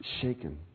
shaken